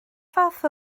fath